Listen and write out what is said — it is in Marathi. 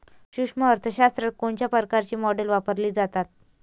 सूक्ष्म अर्थशास्त्रात कोणत्या प्रकारची मॉडेल्स वापरली जातात?